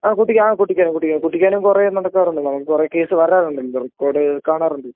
ആ കൂട്ടിക്കാനം ആ കൂട്ടിക്കാനം കൂട്ടിക്കാനം കുറെ നടക്കാറുണ്ട് നമ്മൾ കുറെ കേസ് വരാറുണ്ടല്ലോ റെക്കോഡ് കാണാറുണ്ട്